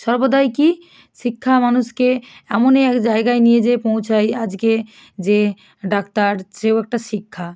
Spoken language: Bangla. সর্বদাই কী শিক্ষা মানুষকে এমনই এক জায়গায় নিয়ে যেয়ে পৌঁছাই আজকে যে ডাক্তার সেও একটা শিক্ষা